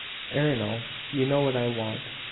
ernol, you know what i want.